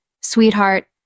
sweetheart